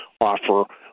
offer